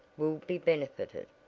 will be benefited,